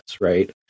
Right